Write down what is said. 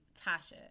Tasha